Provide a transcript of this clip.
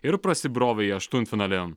ir prasibrovė į aštuntfinalį